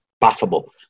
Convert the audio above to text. possible